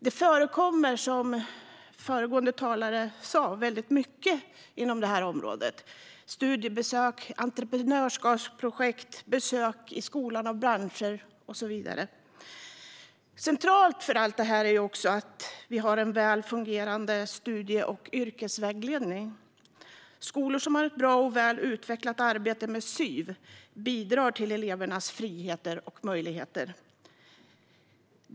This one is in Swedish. Det förekommer, som föregående talare sa, en hel del studiebesök, entreprenörskapsprojekt, besök i skolan av branscher och så vidare. Centralt för allt detta är att vi har en väl fungerande studie och yrkesvägledning. Skolor som har ett bra och väl utvecklat arbete med SYV bidrar till elevernas frihet och möjligheter.